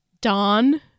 dawn